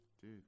Dude